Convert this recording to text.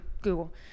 Google